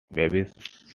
babies